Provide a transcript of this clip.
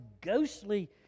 ghostly